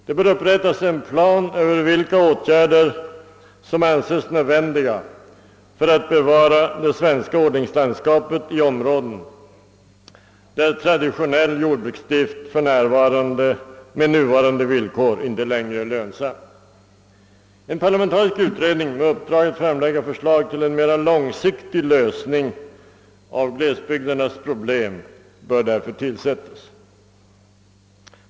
Det bör upprättas en plan över vilka åtgärder som anses nödvändiga för att bevara det svenska odlingslandskapet i områden där traditionell jordbruksdrift med nuvarande villkor inte längre är lönsam. En parlamentarisk utredning med uppdrag att framlägga förslag till en mera långsiktig lösning av glesbygdernas problem bör därför tillsättas.